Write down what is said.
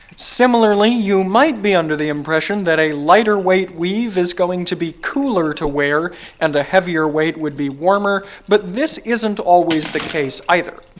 similarly, you might be under the impression that a lighter weight weave is going to be cooler to wear and a heavier weight would be warmer but this isn't always the case either.